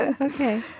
Okay